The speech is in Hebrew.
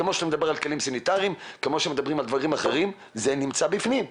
כמו שמדברים על כלים סניטריים ודברים אחרים שנמצאים בפנים.